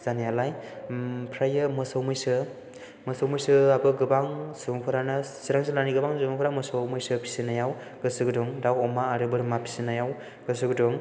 जानायालाय ओमफ्राय मोसौ मैसो मोसौ मैसोआबो गोबां सुबुंफोरानो चिरां जिल्लानि गोबां सुबुंफोरा मोसौ मैसो फिसिनायाव गोसो गुदुं दाउ अमा आरो बोरमा फिसिनायाव गोसो गुदुं